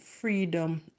freedom